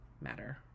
matter